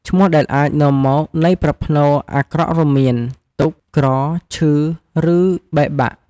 ឈ្មោះដែលអាចនាំមកនៃប្រភ្នូរអាក្រក់រួមមាន "ទុក្ខ" "ក្រ" "ឈឺ" ឬ "បែកបាក់"។